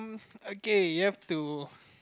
okay you have to